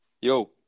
Yo